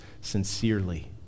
sincerely